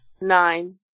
Nine